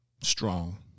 strong